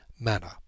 manner